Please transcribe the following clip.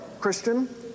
Christian